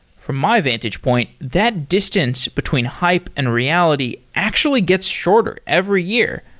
from my vantage point, that distance between hype and reality actually gets shorter every year.